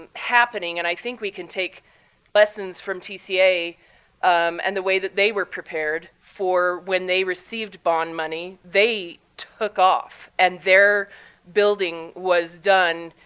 um happening. and i think we can take lessons from tca um and the way that they were prepared for when they received bond money. they took off. and their building was done